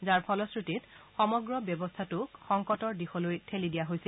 যাৰ ফলশ্ৰুতিত সমগ্ৰ ব্যৱস্থাটোক সংকটৰ দিশলৈ ঠেলি দিয়া হৈছে